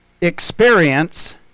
experience